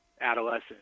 adolescent